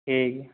ᱴᱷᱤᱠ ᱜᱮᱭᱟ